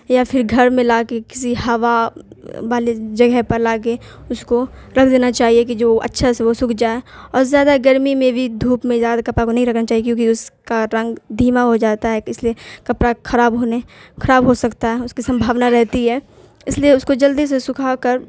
یا پھر گھر میں لا کے کسی ہوا والے جگہ پر لا کے اس کو رکھ دینا چاہیے کہ جو اچھا سا وہ سوکھ جائے اور زیادہ گرمی میں بھی دھوپ میں زیادہ کپڑا کو نہیں رکھنا چاہیے کیونکہ اس کا رنگ دھیما ہو جاتا ہے اس لیے کپڑا خراب ہونے خراب ہو سکتا ہے اس کی سمبھاونا رہتی ہے اس لیے اس کو جلدی سے سکھا کر